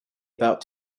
about